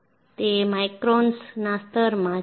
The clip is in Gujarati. તે માઇક્રોન્સના સ્તરમાં છે